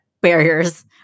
barriers